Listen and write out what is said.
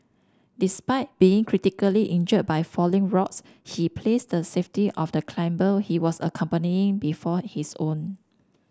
despite being critically injured by falling rocks he placed the safety of the climber he was accompanying before his own